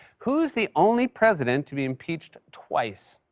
who's the only president to be impeached twice?